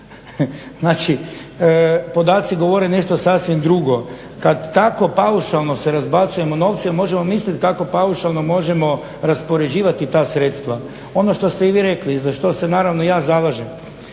Znači podaci govore nešto sasvim drugo. Kad tako paušalno se razbacujemo novcem možemo mislit kako paušalno možemo raspoređivati ta sredstva. Ono što ste i vi rekli i za što se naravno ja zalažem,